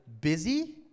busy